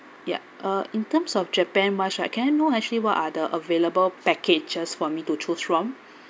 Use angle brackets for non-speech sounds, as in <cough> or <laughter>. yup uh in terms of japan much like can I know actually what are the available packages for me to choose from <breath>